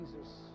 Jesus